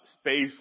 space